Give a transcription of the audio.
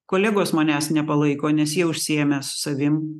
kolegos manęs nepalaiko nes jie užsiėmę savim